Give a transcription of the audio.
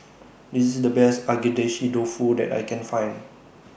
This IS The Best Agedashi Dofu that I Can Find